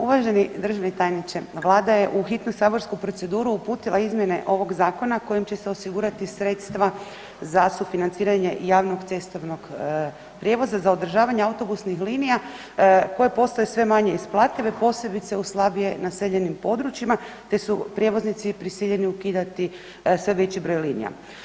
Uvaženi državni tajniče, Vlada je u hitnu saborsku proceduru uputila izmjene ovoga zakona kojim će se osigurati sredstva za sufinanciranje javnog cestovnog prijevoza za održavanje autobusnih linija koje postaju sve manje isplative posebice u slabije naseljenim područjima te su prijevoznici prisiljeni ukidati sve veći broj linija.